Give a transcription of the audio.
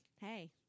hey